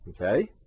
Okay